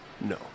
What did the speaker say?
No